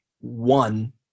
one